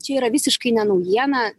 čia yra visiškai ne naujiena